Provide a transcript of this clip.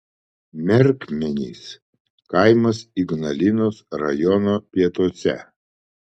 merkmenys kaimas ignalinos rajono pietuose